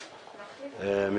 בוקר טוב לכולם,